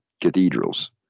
cathedrals